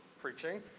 preaching